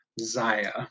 Zaya